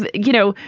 but you know,